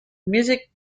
music